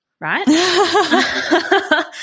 right